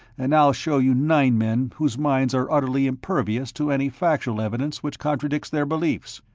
and i'll show you nine men whose minds are utterly impervious to any factual evidence which contradicts their beliefs,